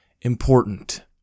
important